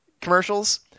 commercials